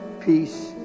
peace